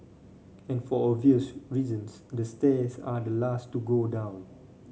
and for obvious reasons the stairs are the last to go down